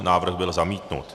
Návrh byl zamítnut.